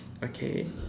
okay